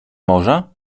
morza